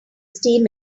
steam